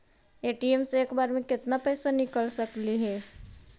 ATM से एक बार मे केत्ना पैसा निकल सकली हे?